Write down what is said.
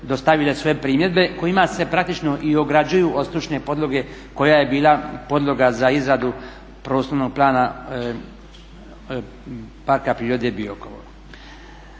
dostavile sve primjedbe kojima se praktično i ograđuju od stručne podloge koja je bila podloga za izradu Prostornog plana Parka prirode Biokovo.